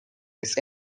his